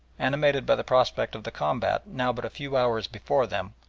animated by the prospect of the combat now but a few hours before them,